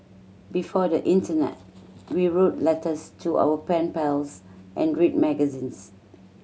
before the internet we wrote letters to our pen pals and read magazines